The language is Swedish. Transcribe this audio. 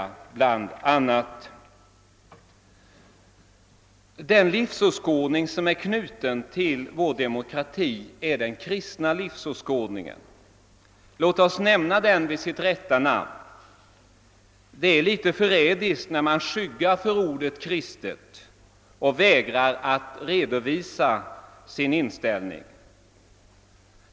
Den livsåskådning som är knuten till vår demokrati är den kristna livsåskådningen — låt oss nämna den vid dess rätta namn. Det är litet förrädiskt när man skyggar för ordet kristet och vägrar att redovisa sin inställning.